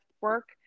work